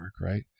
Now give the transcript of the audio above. right